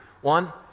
One